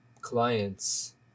clients